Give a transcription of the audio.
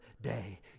day